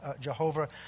Jehovah